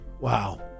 wow